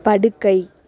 படுக்கை